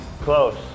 Close